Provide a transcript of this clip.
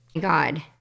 God